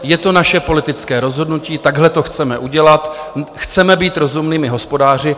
Je to naše politické rozhodnutí, takhle to chceme udělat, chceme být rozumnými hospodáři.